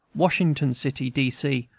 washington city, d. c,